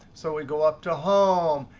so we go up to home.